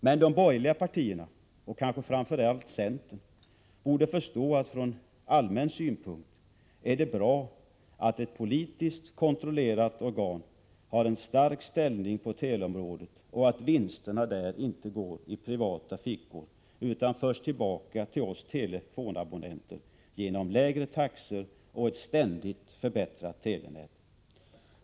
Men de borgerliga partierna, och kanske framför allt centern, borde förstå att det från allmän synpunkt är bra att ett politiskt kontrollerat organ har en stark ställning på teleområdet och att vinsterna där inte går i privata fickor utan förs tillbaka till oss telefonabonnenter genom lägre taxor och ett ständigt förbättrat telenät.